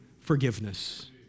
forgiveness